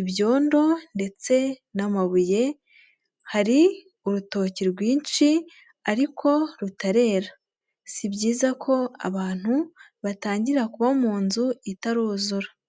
ibyondo ndetse n'amabuye, hari urutoki rwinshi ariko rutarera. Si byiza ko abantu batangira kuba mu nzu itaruzura.